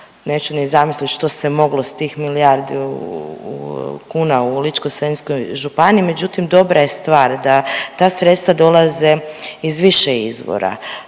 Neću ni zamisliti što se moglo s tih milijardu kuna u Ličko-senjskoj županiji, međutim, dobra je stvar da ta sredstva dolaze iz više izvora.